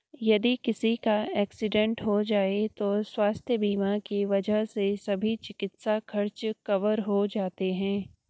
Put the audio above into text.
यदि किसी का एक्सीडेंट हो जाए तो स्वास्थ्य बीमा की वजह से सभी चिकित्सा खर्च कवर हो जाते हैं